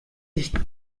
ich